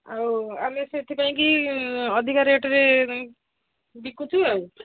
ଆଉ ଆମେ ସେଥିପାଇଁକିି ଅଧିକା ରେଟ୍ରେ ବିକୁଛୁ ଆଉ